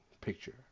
picture